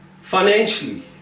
financially